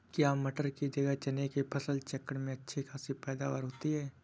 क्या मटर की जगह चने की फसल चक्रण में अच्छी खासी पैदावार होती है?